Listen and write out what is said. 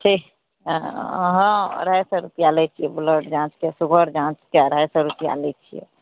ठीक हँ अढ़ाइ सए रुपैआ लै छियै ब्लड जाँचके सुगर जाँचके अढ़ाइ सए रुपैआ लै छियै